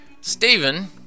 Stephen